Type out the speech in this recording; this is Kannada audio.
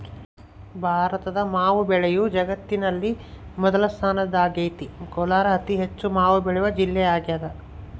ಭಾರತದ ಮಾವು ಬೆಳೆಯು ಜಗತ್ತಿನಲ್ಲಿ ಮೊದಲ ಸ್ಥಾನದಾಗೈತೆ ಕೋಲಾರ ಅತಿಹೆಚ್ಚು ಮಾವು ಬೆಳೆವ ಜಿಲ್ಲೆಯಾಗದ